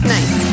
Nice